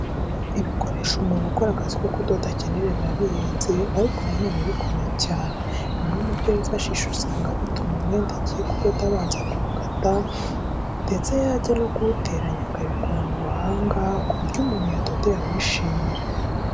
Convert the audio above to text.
Ibikoresho umuntu ukora akazi ko kudoda akenera biba bihenze ariko na none bikomeye cyane. Bimwe mu byo yifashisha usanga bituma umwenda agiye kudoda abanza kuwukata neza ndetse yajya no kuwuteranya akabikorana ubuhanga ku buryo umuntu yadodeye awishimira.